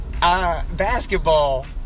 Basketball